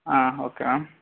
um okay ma'am